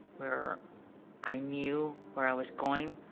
where i knew where i was going.